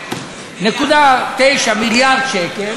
56.9 מיליארד שקל,